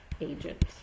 agent